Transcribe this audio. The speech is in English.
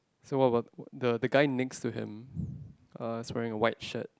so what were the guy next to him uh is wearing a white shirt